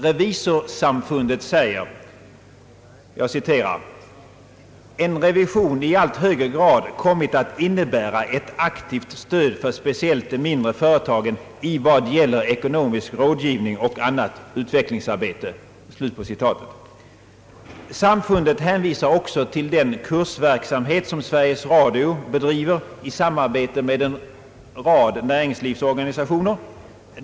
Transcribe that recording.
Revisorsamfundet säger att »en revision i allt högre grad kommit att innebära ett aktivt stöd för speciellt de mindre företagen i vad gäller ekonomisk rådgivning och annat utvecklingsarbete». Samfundet hänvisar också till den kursverksamhet som Sveriges Radio bedriver i samarbete med en rad näringslivsorganisationer.